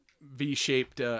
V-shaped